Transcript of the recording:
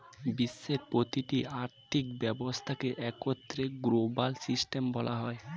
বিশ্বের প্রতিটি আর্থিক ব্যবস্থাকে একত্রে গ্লোবাল সিস্টেম বলা হয়